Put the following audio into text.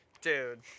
Dude